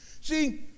See